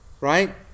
right